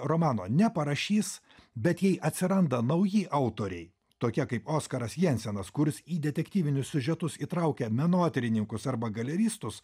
romano neparašys bet jei atsiranda nauji autoriai tokie kaip oskaras jensenas kurs į detektyvinius siužetus įtraukia menotyrininkus arba galeristus